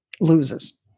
loses